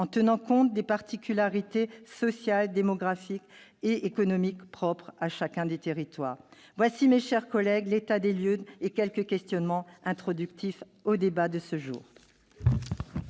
en tenant compte des particularités sociales, démographiques et économiques propres à chaque territoire. Tels sont, mes chers collègues, l'état des lieux et les quelques questionnements introductifs au débat de ce jour